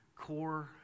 core